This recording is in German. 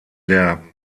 der